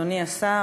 אדוני השר,